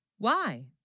why?